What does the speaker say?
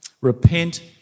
Repent